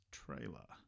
trailer